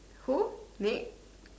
who maid